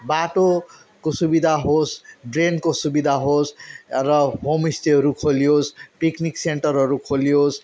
बाटोको सुविधा होस् ड्रेनको सुविधा होस् र होमस्टेहरू खोलियोस् पिकनिक सेन्टरहरू खोलियोस्